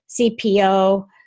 CPO